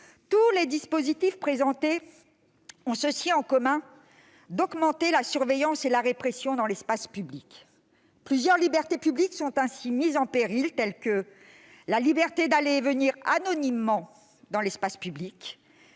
Tous les dispositifs qui y figurent ont en commun d'augmenter la surveillance et la répression dans l'espace public. Plusieurs libertés sont ainsi mises en péril, telles que celle d'aller et venir anonymement dans l'espace public,